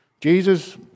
Jesus